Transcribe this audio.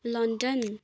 London